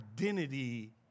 identity